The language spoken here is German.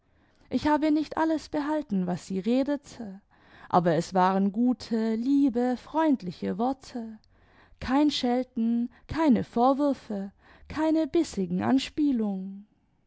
ich habe nicht alles behalten was sie redete aber es waren gute liebe freimdliche worte kein schelten keine vorwürfe keine bissigen anspielungen